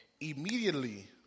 Immediately